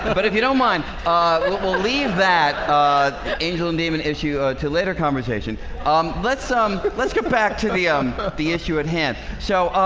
but if you don't mind we'll leave that angel name an issue to later conversation um let's um, but let's get back to the um but the issue at hand. so,